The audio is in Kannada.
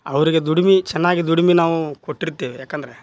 ಅವರಿಗೆ ದುಡ್ಮೆ ಚೆನ್ನಾಗಿ ದುಡ್ಮೆ ನಾವೂ ಕೊಟ್ಟಿರ್ತೇವೆ ಯಾಕೆಂದ್ರೆ